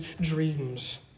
dreams